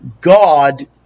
God